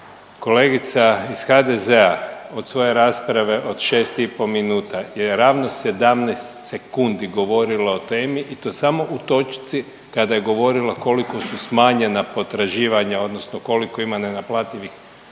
Kolegica iz HDZ-a od svoje rasprave od šest i po minuta je ravno 17 sekundi govorila o temi i to samo u točci kada je govorila koliko su smanjena potraživanja odnosno koliko ima nenaplativih